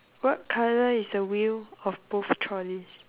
what colour is the wheel of both trollies